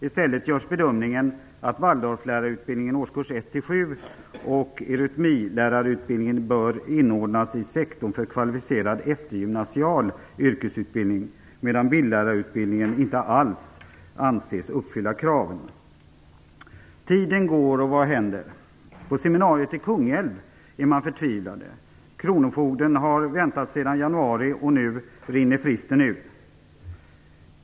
I stället görs bedömningen att Waldorflärarutbildningens årskurser 1-7 och eurytmilärarutbildningen bör inordnas i sektorn för kvalificerad eftergymnasial yrkesutbildning, medan bildlärarutbildningen inte alls anses uppfylla kraven. Tiden går och vad händer? På seminariet i Kungälv är man förtvivlad. Kronofogden har väntat sedan januari, och nu går tidsfristen ut.